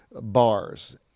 bars